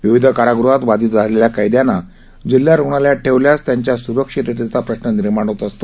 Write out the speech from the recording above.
विविध कारागृहात बाधित झालेल्या कैदयांना जिल्हा रुग्णालयात ठेवल्यास त्यांच्या सुरक्षिततेचा प्रश्न निर्माण होत असे